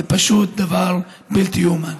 זה פשוט דבר בלתי יאומן.